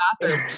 bathroom